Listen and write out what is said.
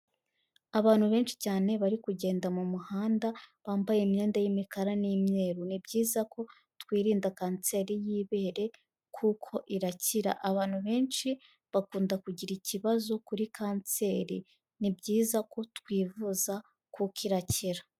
Abantu benshi cyane bari kugenda mu muhanda, bambaye imyenda y'imikara n'imyeru. Ni byiza ko twirinda kanseri y'ibere kuko irakira. Abantu benshi bakunda kugira ikibazo kuri kanseri. Ni byiza ko twivuza kuko irakira.